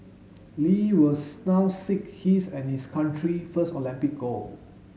Lee will now seek his and his country first Olympic gold